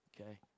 okay